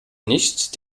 nicht